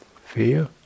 fear